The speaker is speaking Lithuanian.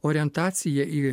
orientacija į